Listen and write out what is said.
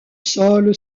sol